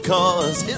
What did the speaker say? Cause